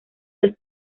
del